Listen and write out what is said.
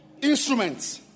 instruments